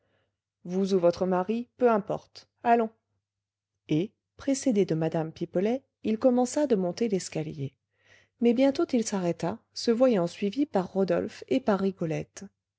vous ou votre mari peu importe allons et précédé de mme pipelet il commença de monter l'escalier mais bientôt il s'arrêta se voyant suivi par rodolphe et par rigolette